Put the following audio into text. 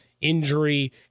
injury